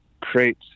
create